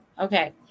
Okay